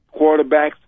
quarterbacks